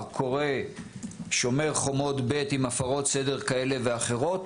קורה שומר חומות ב' עם הפרות סדר כאלה ואחרות,